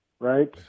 Right